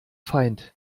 feind